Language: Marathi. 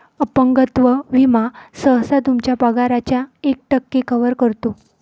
अपंगत्व विमा सहसा तुमच्या पगाराच्या एक टक्के कव्हर करतो